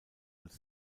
als